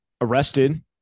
Arrested